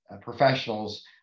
professionals